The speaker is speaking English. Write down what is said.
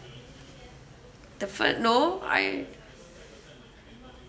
the fu~ no I